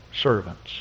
servants